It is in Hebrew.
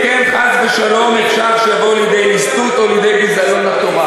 "ואם כן חס ושלום אפשר שיבוא לידי לסטיות או לידי ביזיון התורה"